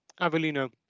Avelino